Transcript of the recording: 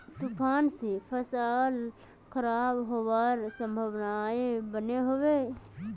तूफान से फसल खराब होबार संभावना बनो होबे?